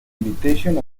invitation